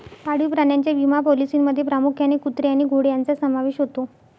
पाळीव प्राण्यांच्या विमा पॉलिसींमध्ये प्रामुख्याने कुत्रे आणि घोडे यांचा समावेश होतो